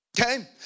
Okay